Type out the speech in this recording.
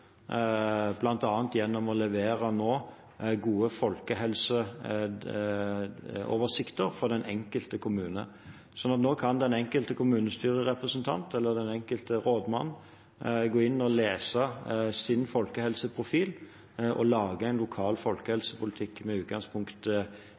gjennom å levere gode folkehelseoversikter for den enkelte kommune. Nå kan den enkelte kommunestyrerepresentant eller den enkelte rådmann gå inn og lese sin folkehelseprofil og lage en lokal